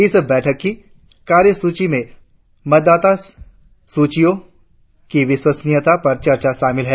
इस बैठक की कार्यसूची में मतदाता सूचियों की विश्वमनीयता पर चर्चा शामिल है